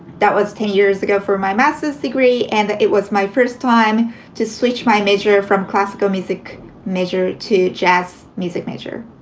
that was ten years ago for my master's degree, and it was my first time to switch my major from classical music measure to jazz music major.